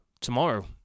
tomorrow